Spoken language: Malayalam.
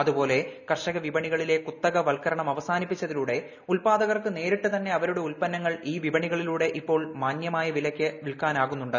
അതുപോലെ കർഷകവിപണിക ളിലെ കുത്തകവൽക്കരണം അവസാനിപ്പിച്ചതിലൂടെ ഉൽപാദർക്ക് നേരിട്ട് തന്നെ അവരുടെ ഉൽപ്പന്നങ്ങൾ ഈ വിപണികളിലൂടെ ഇപ്പോൾ മാനൃമായ വിലക്ക് വിൽക്കാന്റാകുണ്ട്